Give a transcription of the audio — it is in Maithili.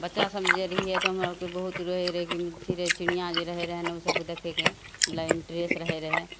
बच्चा सबमे जे रहियै तऽ हमरा औरके बहुत रहय रहय चिड़ै चिड़ियाँ जे रहय रहय ने उ सबके देखयके ओइ लए इन्ट्रेस्ट रहय रहय